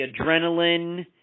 adrenaline